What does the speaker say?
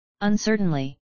uncertainly